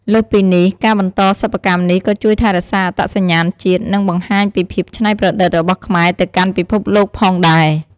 លើសពីនេះ ការបន្តសិប្បកម្មនេះក៏ជួយថែរក្សាអត្តសញ្ញាណជាតិ និងបង្ហាញពីភាពច្នៃប្រឌិតរបស់ខ្មែរទៅកាន់ពិភពលោកផងដែរ។